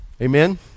amen